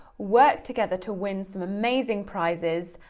work together to win some amazing prizes,